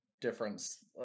difference